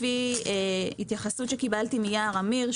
לפי התייחסות שקיבלתי מיער אמיר,